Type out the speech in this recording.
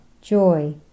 joy